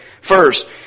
First